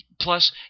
plus